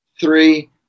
three